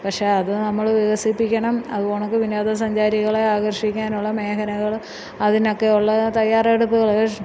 പക്ഷേ അത് നമ്മള് വികസിപ്പിക്കണം അത് കണക്ക് വിനോദ സഞ്ചാരികളെ ആകർഷിക്കാനുള്ള മേഖനകളും അതിനൊക്കെയുള്ള തയ്യാറെടുപ്പുകള്